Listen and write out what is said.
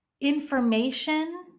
information